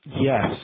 Yes